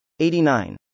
89